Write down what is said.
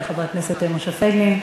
של חבר הכנסת פייגלין.